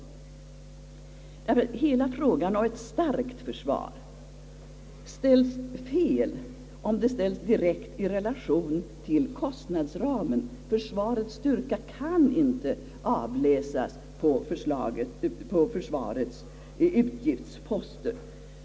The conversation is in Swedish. Hela frågan om ett starkt försvar ställs fel, om den ställs direkt i relation till kostnadsramen. Försvarets styrka kan inte avläsas på försvarets utgiftsposter.